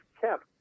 kept